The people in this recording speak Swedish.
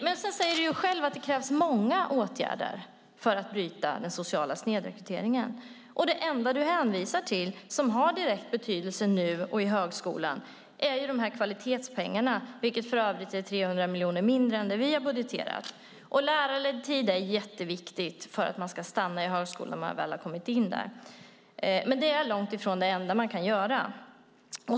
Jan Björklund säger själv att det krävs många åtgärder för att bryta den sociala snedrekryteringen, men det enda han hänvisar till som har direkt betydelse nu för högskolan är kvalitetspengarna, vilket för övrigt är 300 miljoner mindre än det vi har budgeterat. Lärarledd tid är jätteviktigt för att man ska bli kvar i högskolan när man väl kommit in där, men det är långt ifrån det enda som kan göras.